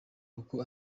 uko